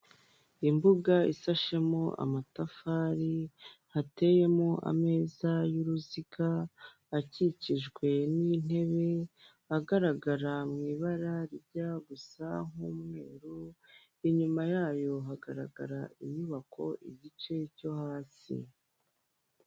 Imbuga ishashemo amatafari hateyemo ameza y'uruziga akikijwe n'intebe ,agaragara mu ibara rijya gusa nk'umweru, inyuma yayo hagaragara inyubako igice cyo hasi.